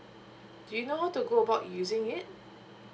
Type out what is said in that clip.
do you know how to go about using it